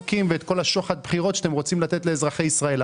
החוק ואת כל שוחד הבחירות שאתם רוצים לתת לאזרחי ישראל.